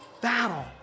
battle